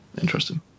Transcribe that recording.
Interesting